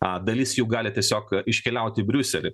a dalis jų gali tiesiog iškeliaut į briuselį